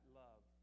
love